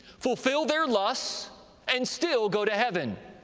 fulfill their lusts and still go to heaven,